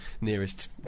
nearest